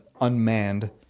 Unmanned